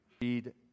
Read